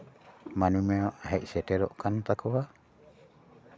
ᱢᱟᱹᱱᱢᱤᱭᱟᱜ ᱦᱮᱡ ᱥᱮᱴᱮᱨᱚᱜ ᱠᱟᱱ ᱛᱟᱠᱚᱣᱟ